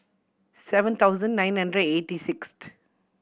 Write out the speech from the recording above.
seven thousand nine hundred eighty sixth